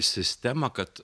sistemą kad